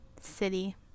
city